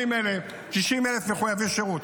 80,000, 90,000 מחויבי שירות.